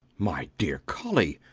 my dear colly!